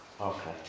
Okay